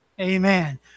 Amen